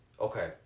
Okay